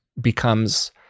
becomes